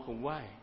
away